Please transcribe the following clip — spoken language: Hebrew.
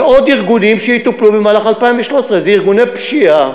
ועוד ארגונים יטופלו במהלך 2013. זה ארגוני פשיעה